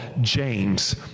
James